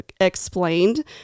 Explained